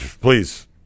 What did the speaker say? please